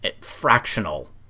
fractional